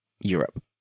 Europe